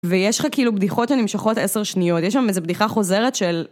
ויש לך כאילו בדיחות שנמשכות עשר שניות, יש שם איזו בדיחה חוזרת של...